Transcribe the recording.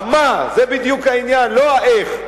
ה"מה" זה בדיוק העניין, לא ה"איך".